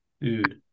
Dude